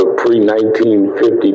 pre-1950